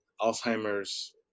Alzheimer's